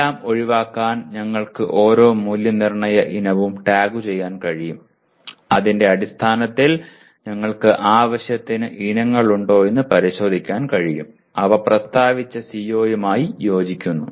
എല്ലാം ഒഴിവാക്കാൻ ഞങ്ങൾക്ക് ഓരോ മൂല്യനിർണ്ണയ ഇനവും ടാഗുചെയ്യാൻ കഴിയും അതിന്റെ അടിസ്ഥാനത്തിൽ ഞങ്ങൾക്ക് ആവശ്യത്തിന് ഇനങ്ങളുണ്ടോയെന്ന് പരിശോധിക്കാൻ കഴിയും അവ പ്രസ്താവിച്ച CO യുമായി യോജിക്കുന്നു